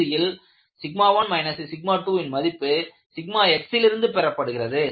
இறுதியில் 1 2ன் மதிப்பு xலிருந்து பெறப்படுகிறது